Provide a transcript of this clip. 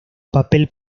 papel